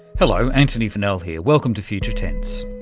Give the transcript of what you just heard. hello, antony funnell here, welcome to future tense.